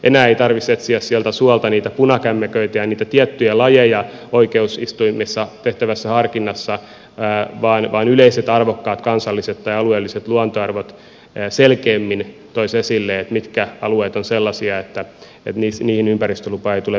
enää ei tarvitsisi etsiä sieltä suolta niitä punakämmeköitä ja niitä tiettyjä lajeja oikeusistuimissa tehtävässä harkinnassa vaan yleiset arvokkaat kansalliset tai alueelliset luontoarvot selkeämmin toisivat esille mitkä alueet ovat sellaisia että niihin ympäristölupaa ei tule myöntää